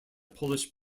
polish